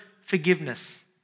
forgiveness